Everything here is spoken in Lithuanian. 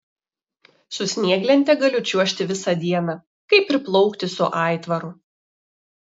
su snieglente galiu čiuožti visą dieną kaip ir plaukti su aitvaru